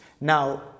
Now